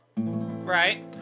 Right